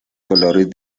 colores